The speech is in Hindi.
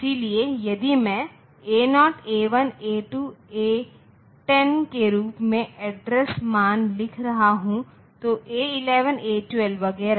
इसलिए यदि मैं A0 A1 A2 A10 के रूप में एड्रेस मान लिख रहा हूं तो A11 A12 वगैरह